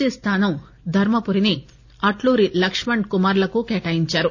C స్థానం ధర్మపురిని అట్లూరి లక్ష్మణ్ కుమార్లకు కేటాయిందారు